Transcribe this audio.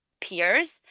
peers